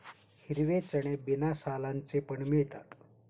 हिरवे चणे बिना सालांचे पण मिळतात